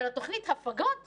ולתוכנית הפגות